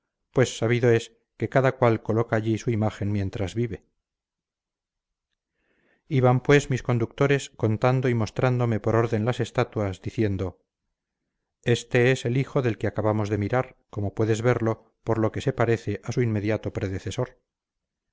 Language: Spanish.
pues sabido es que cada cual coloca allí su imagen mientras vive iban pues mis conductores contando y mostrándome por orden las estatuas diciendo este ese el hijo del que acabamos de mirar como puedes verlo por lo que se parece a su inmediato predecesor